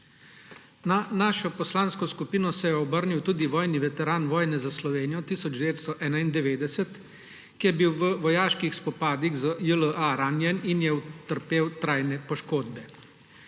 Na našo poslansko skupino se je obrnil tudi vojni veteran vojne za Slovenijo 1991, ki je bil v vojaških spopadih z JLA ranjen in je utrpel trajne poškodbe.